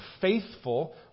faithful